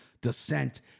descent